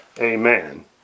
Amen